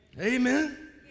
Amen